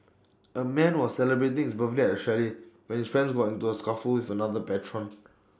A man was celebrating his birthday at A chalet when his friends got into A scuffle with another patron